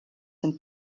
and